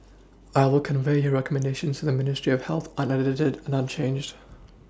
I will convey your recommendations to the ministry of health unedited and unchanged